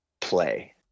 play